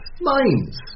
mines